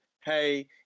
hey